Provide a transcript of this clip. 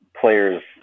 players